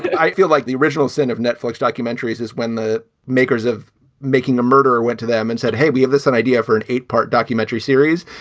but i feel like the original sin of netflix documentaries is when the makers of making a murderer went to them and said, hey, we have this and idea for an eight part documentary series.